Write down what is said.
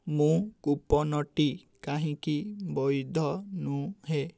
ମୋ କୁପନ୍ଟି କାହିଁକି ବୈଧ ନୁହେଁ